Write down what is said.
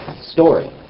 story